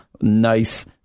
nice